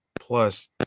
plus